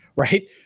right